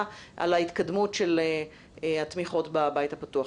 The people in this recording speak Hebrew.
על ההתקדמות של התמיכות בבית הפתוח.